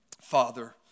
Father